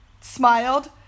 smiled